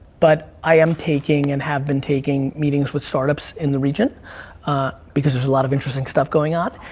but i am taking and have been taking meetings with startups in the region because there's a lot of interesting stuff going on.